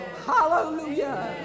hallelujah